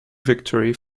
victory